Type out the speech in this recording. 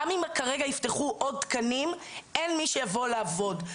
גם אם כרגע יפתחו עוד תקנים אין מי שיבוא לעבוד.